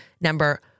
number